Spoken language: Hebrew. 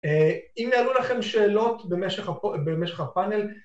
אם יעלו לכם שאלות במשך הפאנל